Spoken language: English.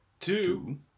two